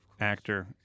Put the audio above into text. actor